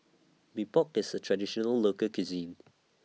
Mee Pok IS A Traditional Local Cuisine